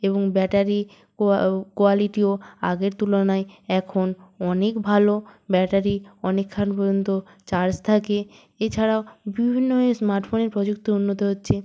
এবং ব্যাটারি কোয়ালিটিও আগের তুলনায় এখন অনেক ভালো ব্যাটারি অনেক্ষান পর্যন্ত চার্জ থাকে এছাড়াও বিভিন্নভাবে স্মার্টফোনের প্রযুক্ত উন্নত হচ্ছে